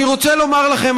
אני רוצה לומר לכם,